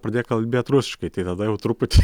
pradėk kalbėt rusiškai tai tada jau truputį